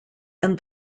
and